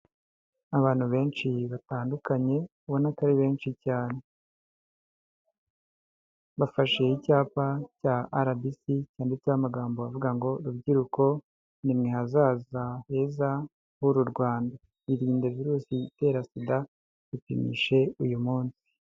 Abantu benshi batandukanye ubona ko ari benshi cyane, bafashe icyapa cya RBC cyanditseho avuga ngo rubyiruko ni mwe hazaza heza h'uru Rwanda, irinde virusi itera sida ipimishije uyu munsi.